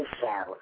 show